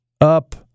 up